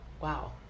Wow